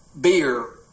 beer